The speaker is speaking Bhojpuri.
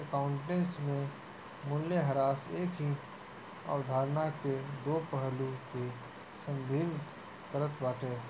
अकाउंटेंसी में मूल्यह्रास एकही अवधारणा के दो पहलू के संदर्भित करत बाटे